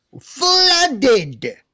flooded